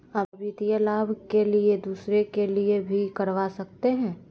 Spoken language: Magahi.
आ वित्तीय लाभ के लिए दूसरे के लिए भी करवा सकते हैं?